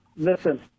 Listen